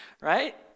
Right